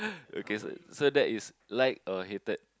okay so so that is like or hated